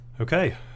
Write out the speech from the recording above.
Okay